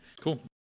Cool